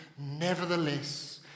Nevertheless